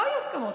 לא היו הסכמות.